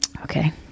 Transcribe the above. Okay